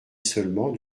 seulement